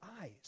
eyes